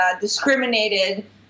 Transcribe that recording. discriminated